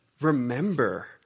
remember